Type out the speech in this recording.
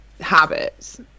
habits